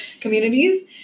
communities